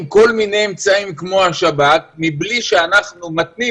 שכאשר משתמשים בכלי יעשו את המינימום שאפשר גם בכלים האחרים,